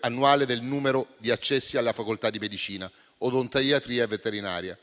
annuale del numero di accessi alle facoltà di medicina, odontoiatria e veterinaria.